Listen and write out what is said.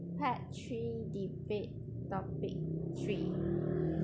part three debate topic three